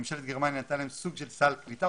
ממשלת גרמניה נתנה להם סוג של סל קליטה,